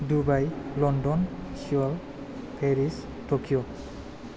Dubai London Seoul Paris Tokyo